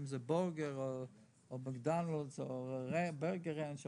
אם זה בורגר או מקדונלדס או בורגר ראנץ',